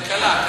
כלכלה.